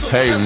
Hey